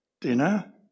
dinner